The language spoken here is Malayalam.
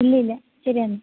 ഇല്ലില്ല ശരി എന്നാല്